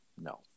no